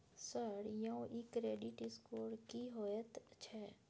Sir यौ इ credit score की होयत छै?